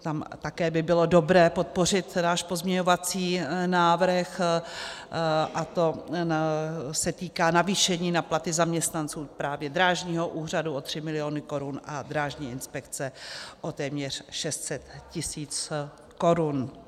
Tam také by bylo dobré podpořit náš pozměňovací návrh, a to se týká navýšení na platy zaměstnanců právě Drážního úřadu o 3 miliony korun a Drážní inspekce o téměř 600 tisíc korun.